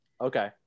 okay